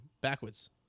backwards